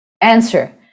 answer